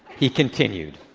he continued.